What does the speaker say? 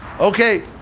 Okay